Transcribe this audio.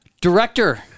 Director